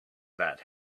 that